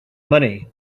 money